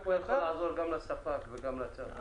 התיעוד פה יכול לעזור גם לספק וגם לצרכן.